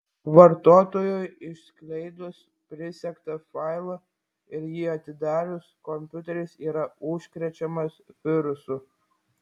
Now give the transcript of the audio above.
vartotojui išskleidus prisegtą failą ir jį atidarius kompiuteris yra užkrečiamas virusu